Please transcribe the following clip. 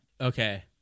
Okay